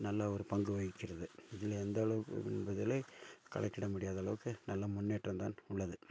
நல்ல ஒரு பங்கு வகிக்கிறது இது எந்த அளவுக்கு என்பதிலேயே கணக்கிட முடியாத அளவுக்கு நல்ல முன்னேற்றம் தான் உள்ளது